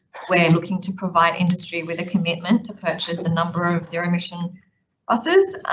we're looking to provide industry with a commitment to purchase a number of zero emission buses.